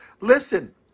Listen